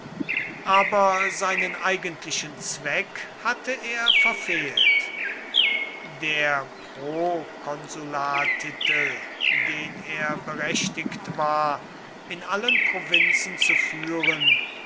aber seinen eigentlichen zweck hatte er verfehlt der prokonsulartitel den er berechtigt war in allen provinzen zu führen